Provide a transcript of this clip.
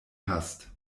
hast